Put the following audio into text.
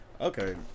Okay